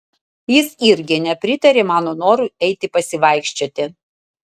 jis irgi nepritarė mano norui eiti pasivaikščioti